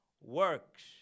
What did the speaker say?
works